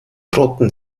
rotten